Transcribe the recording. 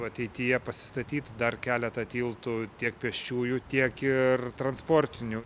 ateityje pasistatyti dar keletą tiltų tiek pėsčiųjų tiek ir transportinių